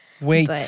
Wait